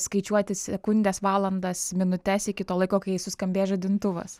skaičiuoti sekundes valandas minutes iki to laiko kai suskambės žadintuvas